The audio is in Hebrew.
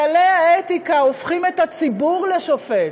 כללי האתיקה הופכים את הציבור לשופט,